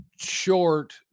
short